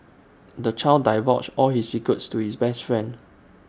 the child divulged all his secrets to his best friend